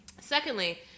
Secondly